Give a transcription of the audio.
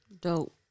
Dope